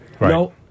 No